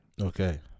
Okay